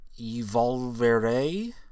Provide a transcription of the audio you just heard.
Evolvere